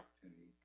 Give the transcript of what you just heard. opportunity